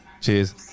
Cheers